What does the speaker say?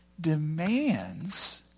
demands